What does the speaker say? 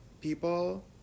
people